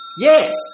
Yes